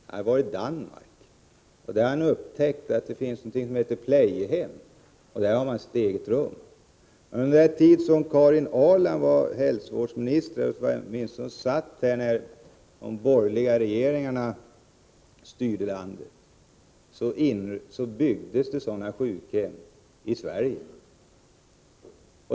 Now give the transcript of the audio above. Han har varit i Danmark, och där han har upptäckt att det finns någonting som heter plejehjem, där man har sitt eget rum. Under den tid som Karin Ahrland var hälsovårdsminister, eller åtminstone när de borgerliga regeringarna styrde landet, byggdes det sådana sjukhem i Sverige.